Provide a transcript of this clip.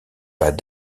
pas